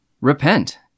repent